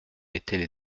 étaient